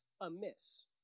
amiss